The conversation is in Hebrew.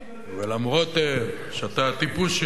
ואף-על-פי שאתה הטיפוס שלנו,